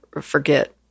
forget